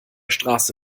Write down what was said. straße